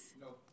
No